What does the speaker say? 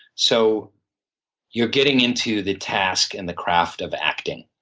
so you're getting into the task and the craft of acting.